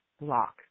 block